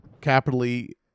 capitally